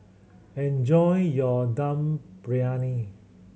enjoy your Dum Briyani